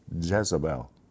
Jezebel